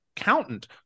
accountant